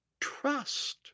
trust